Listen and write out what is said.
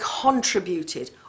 contributed